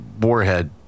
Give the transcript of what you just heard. Warhead